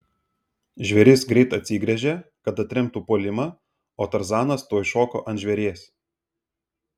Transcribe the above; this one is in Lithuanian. žvėris greit atsigręžė kad atremtų puolimą o tarzanas tuoj šoko ant žvėries